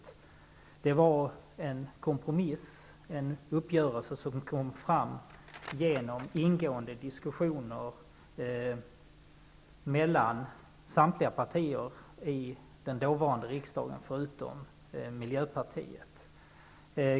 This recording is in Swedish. Det var en kompromiss, en uppgörelse som kom till stånd efter ingående diskussioner mellan samtliga partier utom miljöpartiet i den dåvarande riksdagen.